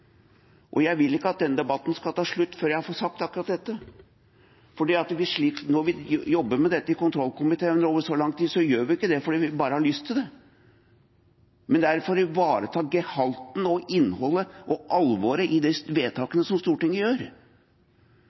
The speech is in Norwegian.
Jeg vil ikke at denne debatten skal ta slutt før jeg har fått sagt akkurat dette. Når vi jobber med dette i kontrollkomiteen over så lang tid, gjør vi ikke det bare fordi vi har lyst til det. Det er for å ivareta gehalten, innholdet og alvoret i de vedtakene som Stortinget gjør.